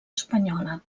espanyola